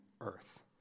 earth